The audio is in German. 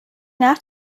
nach